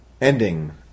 ending